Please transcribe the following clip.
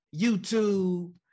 YouTube